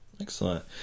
Excellent